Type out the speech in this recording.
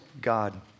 God